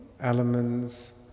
elements